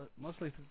mostly